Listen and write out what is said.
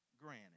granted